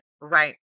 right